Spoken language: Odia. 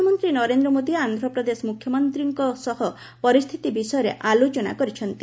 ପ୍ରଧାନମନ୍ତ୍ରୀ ନରେନ୍ଦ୍ର ମୋଦୀ ଆନ୍ଧ୍ରପ୍ରଦେଶ ମୁଖ୍ୟମନ୍ତ୍ରୀଙ୍କ ସହ ପରିସ୍ଥିତି ବିଷୟରେ ଆଲୋଚନା କରିଛନ୍ତି